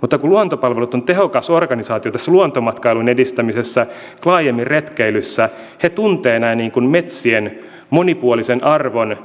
mutta kun luontopalvelut on tehokas organisaatio tässä luontomatkailun edistämisessä laajemmin retkeilyssä he tuntevat tämän metsien monipuolisen arvon